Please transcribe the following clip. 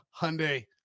Hyundai